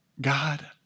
God